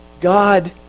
God